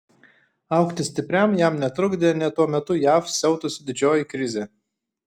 augti stipriam jam netrukdė nė tuo metu jav siautusi didžioji krizė